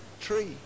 tree